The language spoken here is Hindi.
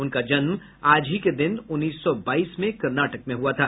उनका जन्म आज ही के दिन उन्नीस सौ बाईस में कर्नाटक में हुआ था